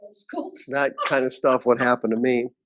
that kind of stuff what happened to me.